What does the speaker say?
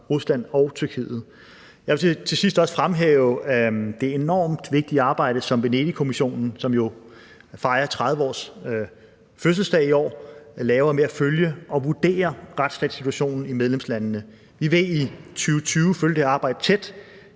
Rusland og Tyrkiet. Jeg vil til sidst også fremhæve det enormt vigtige arbejde, som Venedigkommissionen, som jo fejrer 30 års fødselsdag i år, laver med at følge og vurdere reststatssituationen i medlemslandene. Vi vil i 2020 følge det arbejde tæt.